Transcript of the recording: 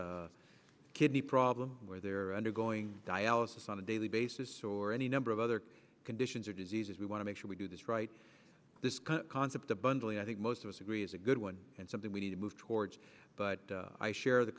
it's kidney problems where they're undergoing dialysis on a daily basis or any number of other conditions or diseases we want to make sure we do this right this concept of bundling i think most of us agree is a good one and something we need to move towards but i share the